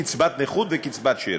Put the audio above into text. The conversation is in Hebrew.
קצבת נכות וקצבת שאירים).